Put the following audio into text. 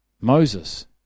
Moses